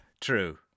True